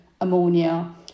ammonia